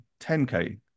10k